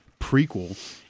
prequel